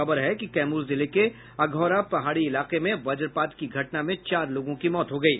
खबर है कि कैम्र जिले के अधौड़ा पहाड़ी इलाके में वज्रपात की घटना में चार लोगों की मौत हो गयी